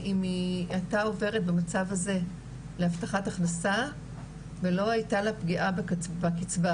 אם היא הייתה עוברת במצב הזה להבטחת הכנסה ולא הייתה לה פגיעה בקצבה,